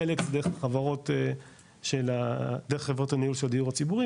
חלק דרך חברות הניהול של הדיור הציבורי